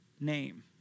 name